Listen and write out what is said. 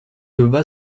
leva